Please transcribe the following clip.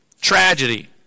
tragedy